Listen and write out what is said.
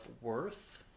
worth